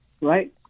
Right